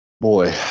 boy